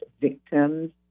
victims